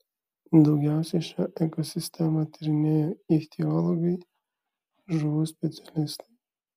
daugiausiai šią ekosistemą tyrinėjo ichtiologai žuvų specialistai